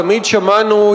תמיד שמענו,